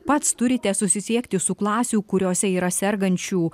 pats turite susisiekti su klasių kuriose yra sergančių